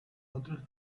otros